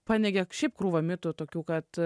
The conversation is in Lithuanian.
paneigia šiaip krūvą mitų tokių kad